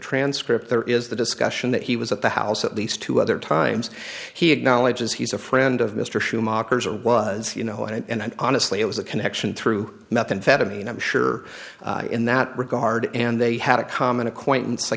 transcript there is the discussion that he was at the house at least two there are times he acknowledges he's a friend of mr schumacher was you know and honestly it was a connection through methamphetamine i'm sure in that regard and they had a common acquaintance i